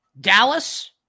Dallas